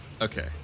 Okay